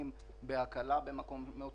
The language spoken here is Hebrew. זו טענה ממש מופרכת.